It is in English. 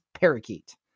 parakeet